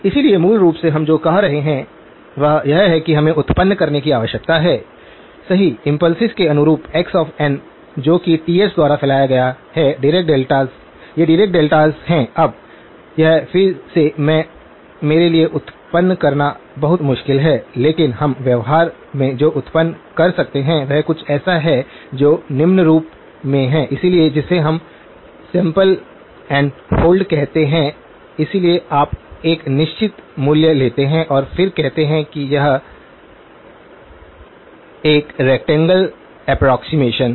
इसलिए मूल रूप से हम जो कह रहे हैं वह यह है कि हमें उत्पन्न करने की आवश्यकता है सही इम्पुल्सेस के अनुरूप x n जो कि Ts द्वारा फैलाया गया है डिराक डेल्टास ये डिराक डेल्टास हैं अब यह फिर से मैं मेरे लिए उत्पन्न करना बहुत मुश्किल है लेकिन हम व्यवहार में जो उत्पन्न कर सकते हैं वह कुछ ऐसा है जो निम्न रूप में है इसलिए जिसे हम सैंपल और होल्ड कहते हैं इसलिए आप एक निश्चित मूल्य लेते हैं और फिर कहते हैं कि यह एक रेक्टेंगल अप्प्रोक्सिमेशन है